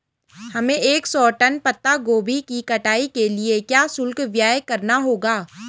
हमें एक सौ टन पत्ता गोभी की कटाई के लिए क्या शुल्क व्यय करना होगा?